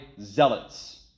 zealots